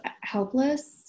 helpless